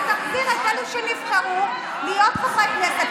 אז תחזיר את אלה שנבחרו להיות חברי כנסת,